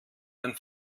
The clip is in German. den